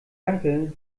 danke